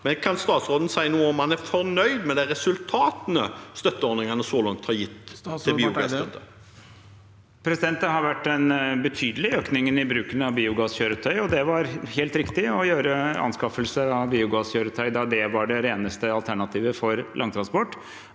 Kan statsråden si noe om han er fornøyd med de resultatene støtteordningene så langt har gitt for biogass? Statsråd Espen Barth Eide Det har vært en betydelig økning i bruken av biogasskjøretøy, og det var helt riktig å gjøre anskaffelser av biogasskjøretøy, da det var det reneste alternativet for langtransport.